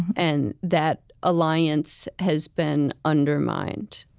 and that alliance has been undermined